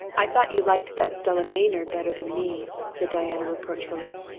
i thought you liked that stella maynard better than me, said diana reproachfully.